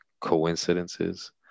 coincidences